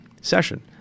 session